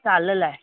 साल लाइ